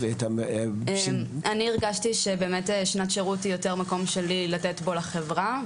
אני הרגשתי שבאמת שנת שירות היא יותר מקום שלי לתת בו לחברה,